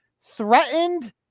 threatened